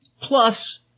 Plus